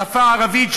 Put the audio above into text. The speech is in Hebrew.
בשפה הערבית.